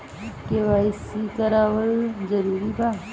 KYC करवावल जरूरी बा?